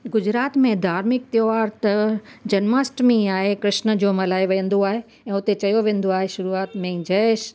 गुजरात में धार्मिक त्योहार त जनमाष्टमी आहे कृष्न जो मल्हायो वेंदो आहे ऐं उते चयो वेंदो आहे शुरूआत में जय